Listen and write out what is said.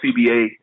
CBA